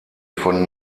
von